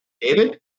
david